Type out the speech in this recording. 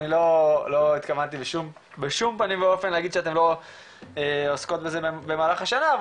אני לא התכוונתי בשום פנים ואופן להגיד שאתם לא עוסקות בזה במהלך השנה,